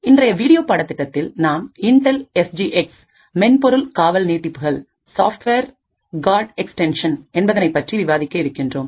இன்றைய வீடியோபாடத்திட்டத்தில் நாம் இன்டெல் எஸ் ஜி எக்ஸ்மென்பொருள் காவல் நீட்டிப்புகள்சாஃப்ட்வேர் guard extension Software Guard Extensions என்பதனைப் பற்றி விவாதிக்க இருக்கின்றோம்